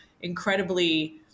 incredibly